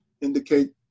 indicate